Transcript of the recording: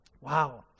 Wow